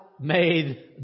made